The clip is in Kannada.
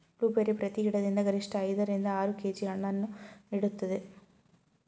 ಬ್ಲೂಬೆರ್ರಿ ಪ್ರತಿ ಗಿಡದಿಂದ ಗರಿಷ್ಠ ಐದ ರಿಂದ ಆರು ಕೆ.ಜಿ ಹಣ್ಣನ್ನು ನೀಡುತ್ತದೆ